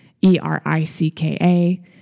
E-R-I-C-K-A